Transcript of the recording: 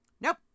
Nope